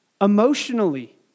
Emotionally